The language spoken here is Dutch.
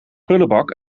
prullenbak